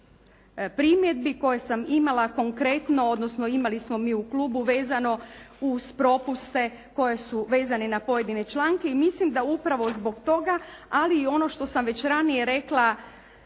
primjedbi koje sam imala konkretno, odnosno imali smo mi u klubu vezano uz propuste koji su vezani na pojedine članke. I mislim da upravo zbog toga, ali i ono što sam već ranije rekla,